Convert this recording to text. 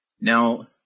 Now